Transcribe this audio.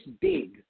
big